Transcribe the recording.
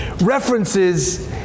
references